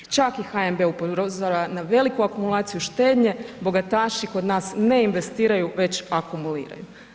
Čak i HNB upozorava na veliku akumulaciju štednje, bogataši kod nas ne investiraju već akumuliraju.